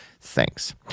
thanks